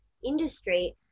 industry